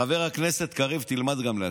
חבר הכנסת קריב, תלמד גם להקשיב.